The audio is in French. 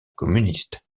communiste